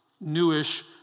newish